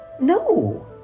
No